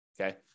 Okay